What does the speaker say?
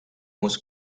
was